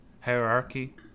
HIERARCHY